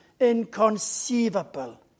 inconceivable